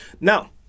Now